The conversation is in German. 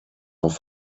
auf